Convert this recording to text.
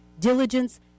diligence